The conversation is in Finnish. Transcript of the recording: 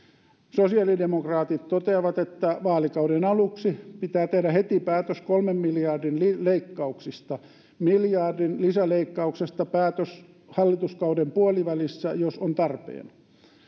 sosiaalidemokraatit toteavat että vaalikauden aluksi pitää tehdä heti päätös kolmen miljardin leikkauksista miljardin lisäleikkauksesta päätös hallituskauden puolivälissä jos on tarpeen